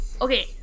okay